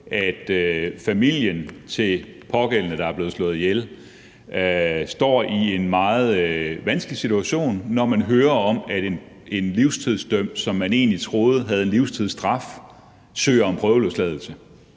at familien til den pågældende, der er blevet slået ihjel, står i en meget vanskelig situation, når man hører om, at en livstidsdømt, som man egentlig troede havde en livstidsstraf, søger om prøveløsladelse.